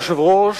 אדוני היושב-ראש,